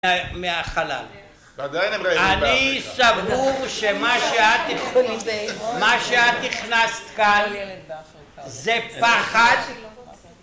מהחלל, אני סבור שמה שאת, מה שאת הכנסת כאן זה פחד